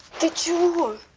did you